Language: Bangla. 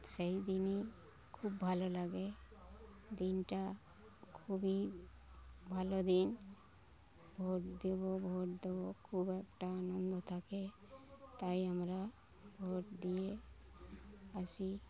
সেই দিনই খুব ভালো লাগে দিনটা খুবই ভালো দিন ভোট দেবো ভোট দেবো খুব একটা আনন্দ থাকে তাই আমরা ভোট দিয়ে আসি